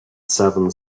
seven